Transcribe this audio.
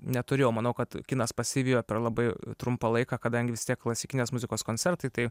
neturėjau manau kad kinas pasivijo per labai trumpą laiką kadangi vis tiek klasikinės muzikos koncertai tai